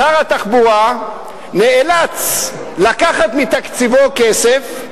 שר התחבורה נאלץ לקחת מתקציבו כסף,